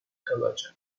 kalacak